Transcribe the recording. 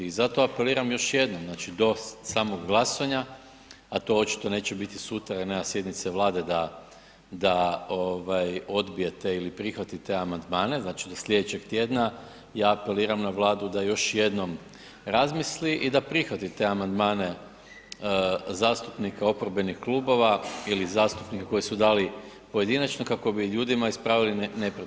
I zato apeliram još jednom, znači do samog glasovanja, a to očito neće biti sutra jer nema sjednice Vlade da, da odbije te ili prihvati te amandmane, znači do slijedećeg tjedna, ja apeliram na Vladu da još jednom razmisli i da prihvati te amandmane zastupnika oporbenih klubova ili zastupnika koji su dali pojedinačno kako bi ljudima ispravili nepravdu.